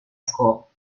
school